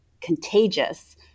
contagious